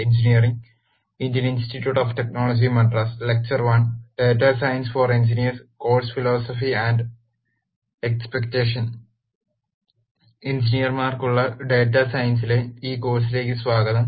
എഞ്ചിനീയർമാർക്കുള്ള data സയൻസിലെ ഈ കോഴ്സിലേക്ക് സ്വാഗതം